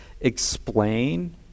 explain